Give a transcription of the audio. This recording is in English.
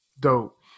dope